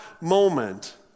moment